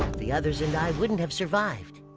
the others and i wouldn't have survived.